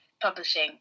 publishing